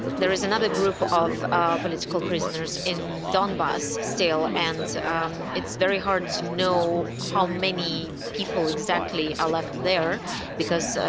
there is another group of ah political prisoners in donbas still. and um it's very hard to know how many people exactly are left there because,